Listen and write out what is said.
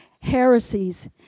heresies